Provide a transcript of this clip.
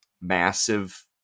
massive